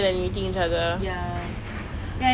you should really watch it we'll watch it soon one day